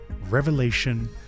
Revelation